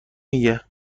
میگه